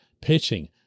pitching